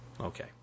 Okay